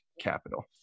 capital